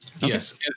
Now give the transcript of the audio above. Yes